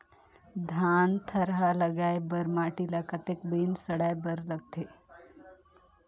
धान थरहा लगाय बर माटी ल कतेक दिन सड़ाय बर लगथे?